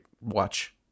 Watch